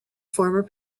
former